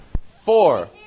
four